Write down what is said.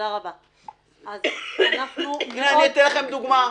אציג לכם דוגמה.